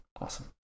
awesome